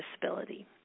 disability